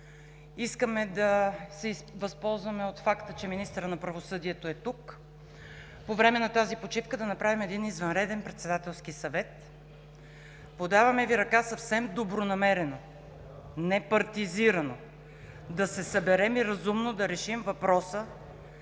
Искаме да се възползваме от факта, че министърът на правосъдието е тук и по време на тази почивка да направим извънреден Председателски съвет. Подаваме Ви ръка съвсем добронамерено, не партизирано, да се съберем и разумно да решим въпроса